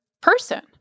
person